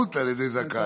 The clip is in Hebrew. מגלגלים זכות על ידי זכאי,